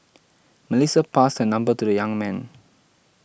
Melissa passed her number to the young man